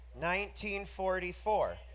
1944